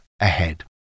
ahead